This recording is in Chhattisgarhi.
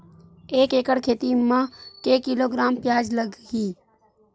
एक एकड़ खेती म के किलोग्राम प्याज लग ही?